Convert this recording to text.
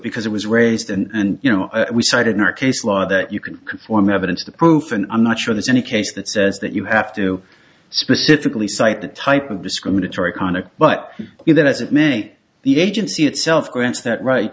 because it was raised and you know we cite in our case law that you can conform evidence to proof and i'm not sure there's any case that says that you have to specifically cite the type of discriminatory conduct but be that as it may the agency itself grants that ri